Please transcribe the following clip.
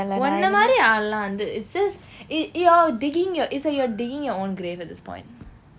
உன்ன மாதிரி ஆள் எல்லாம் வந்து:unna maathiri aal ellaam vanthu it's just it you're digging your it's like your digging your own grave at this point